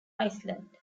iceland